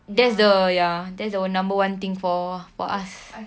that's the ya that's the number one thing for for us